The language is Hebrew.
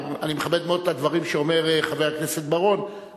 אני מכבד מאוד את הדברים שאומר חבר הכנסת בר-און,